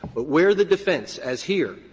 but where the defense, as here,